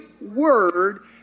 word